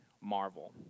marvel